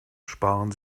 sparen